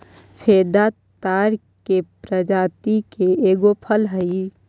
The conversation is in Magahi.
फेदा ताड़ के प्रजाति के एगो फल हई